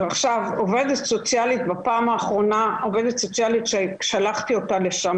עובדת סוציאלית ששלחתי אותה לשם,